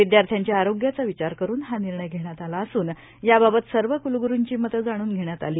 विद्यार्थ्यांच्या आरोग्याचा विचार करून हा निर्णय घेण्यात आला असून याबाबत सर्व क्लग्रूंची मतं जाणून घेण्यात आली